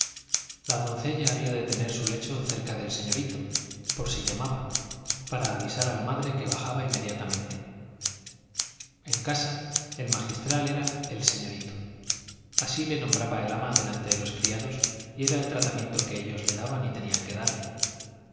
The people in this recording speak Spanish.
la doncella había de tener su lecho cerca del señorito por si llamaba para avisar a la madre que bajaba inmediatamente en casa el magistral era el señorito así le nombraba el ama delante de los criados y era el tratamiento que ellos le daban y tenían que darle